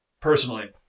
personally